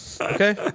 Okay